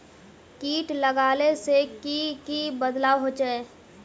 किट लगाले से की की बदलाव होचए?